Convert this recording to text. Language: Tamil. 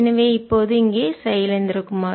எனவேஇப்போது இங்கே சைலேந்திர குமார்